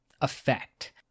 effect